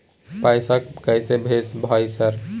पैसा कैसे भेज भाई सर?